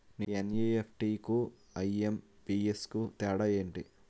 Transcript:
NEFT కు IMPS కు తేడా ఎంటి?